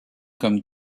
comme